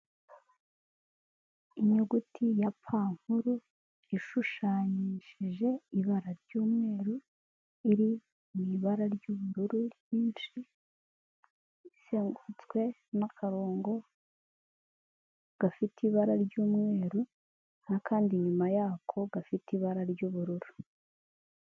Inyuguti ya pa nkuru ishushanyishije ibara ry'umweru, iri mu ibara ry'ubururu ryinshi, izengurutswe n'akarongo gafite ibara ry'umweru, n'akandi inyuma yako gafite ibara ry'ubururu.